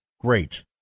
great